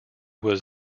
was